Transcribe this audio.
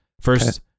First